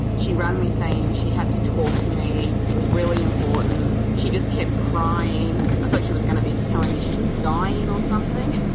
she rang me saying she had to talk to me, it was really important, she just kept crying. i thought she was going to be telling me she was dying or something.